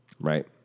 Right